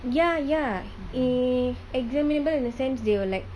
ya ya if examinable in a sense they will like